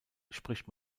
spricht